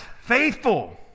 faithful